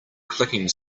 clicking